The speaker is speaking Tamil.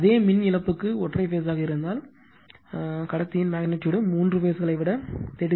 அதே மின் இழப்புக்கு ஒற்றை பேஸ்மாக இருந்தால் அதே மின் இழப்புக்கு கடத்தியின் மெக்னிட்யூடு மூன்று பேஸ்களை விட 33